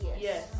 Yes